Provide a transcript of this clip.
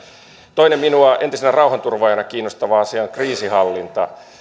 toinen minua entisenä rauhanturvaajana kiinnostava asia on kriisinhallinta